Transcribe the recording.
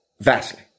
vastly